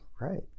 Right